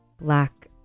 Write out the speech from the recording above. black